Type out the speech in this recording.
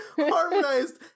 harmonized